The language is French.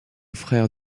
frère